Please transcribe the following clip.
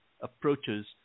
approaches